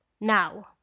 Now